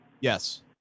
Yes